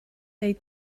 dweud